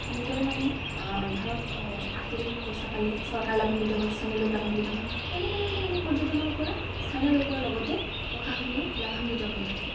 এনেদৰে মানে ধৰক আহিল পইচা পালে চৰকাৰ লাভান্বিত হ'ল স্থানীয় লোক লাভাম্বিত হ'ল এনেধৰণে মানে পৰ্যটনৰপৰা স্থানীয় লোকৰ লগতে প্ৰশাসনেও লাভাম্বিত হৈ থাকে